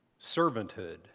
servanthood